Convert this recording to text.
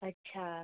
अच्छा